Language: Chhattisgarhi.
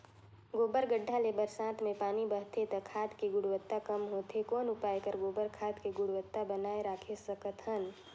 गोबर गढ्ढा ले बरसात मे पानी बहथे त खाद के गुणवत्ता कम होथे कौन उपाय कर गोबर खाद के गुणवत्ता बनाय राखे सकत हन?